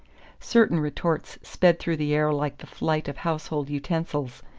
certain retorts sped through the air like the flight of household utensils,